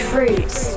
Fruits